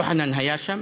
יוחנן היה שם,